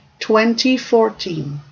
2014